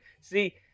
See